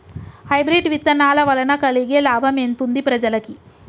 Hybrid విత్తనాల వలన కలిగే లాభం ఎంతుంది ప్రజలకి?